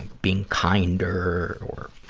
being kinder or,